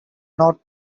not